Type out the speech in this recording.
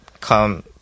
come